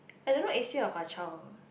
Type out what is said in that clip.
I don't know A_C or Hwa-Chong